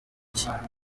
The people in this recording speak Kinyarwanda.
cye